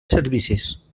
servicis